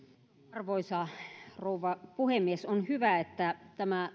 arvoisa rouva puhemies on hyvä että tämä